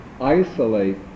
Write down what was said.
isolate